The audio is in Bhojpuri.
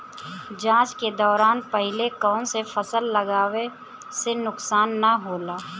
जाँच के दौरान पहिले कौन से फसल लगावे से नुकसान न होला?